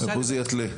פה זה יתלה.